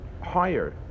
higher